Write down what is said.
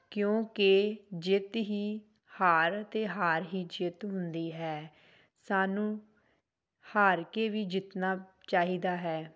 ਕਿਉਂਕਿ ਜਿੱਤ ਹੀ ਹਾਰ ਅਤੇ ਹਾਰ ਹੀ ਜਿੱਤ ਹੁੰਦੀ ਹੈ ਸਾਨੂੰ ਹਾਰ ਕੇ ਵੀ ਜਿੱਤਣਾ ਚਾਹੀਦਾ ਹੈ